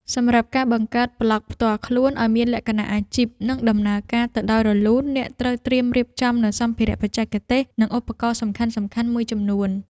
សម្រាប់ការបង្កើតប្លក់ផ្ទាល់ខ្លួនឱ្យមានលក្ខណៈអាជីព និងដំណើរការទៅដោយរលូន អ្នកត្រូវត្រៀមរៀបចំនូវសម្ភារៈបច្ចេកទេស និងឧបករណ៍សំខាន់ៗមួយចំនួន។